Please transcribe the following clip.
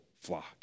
flock